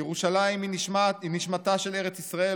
"ירושלים היא נשמתה של ארץ ישראל",